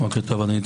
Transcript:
בוקר טוב, אדוני.